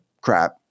crap